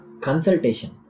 Consultation